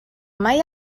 mai